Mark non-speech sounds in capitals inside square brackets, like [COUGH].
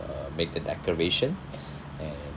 uh make the decoration [BREATH] and